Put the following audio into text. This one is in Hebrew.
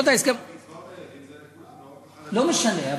לא משנה.